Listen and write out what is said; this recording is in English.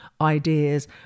ideas